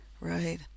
right